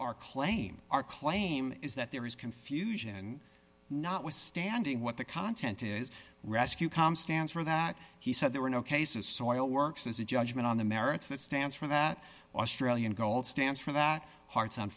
our claim our claim is that there is confusion notwithstanding what the content is rescue come stands for that he said there were no cases soile works as a judgment on the merits that stance from the australian gold stands for that hearts on